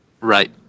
Right